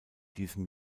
diesem